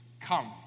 come